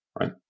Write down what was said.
Right